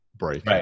right